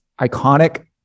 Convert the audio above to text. iconic